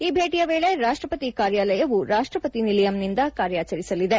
ಈ ಭೇಟಿಯ ವೇಳೆ ರಾಷ್ಟಪತಿ ಕಾರ್ಯಾಲಯವು ರಾಷ್ಟಪತಿ ನಿಲಯಂನಿಂದ ಕಾರ್ಯಾಚರಿಸಲಿದೆ